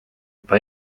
juba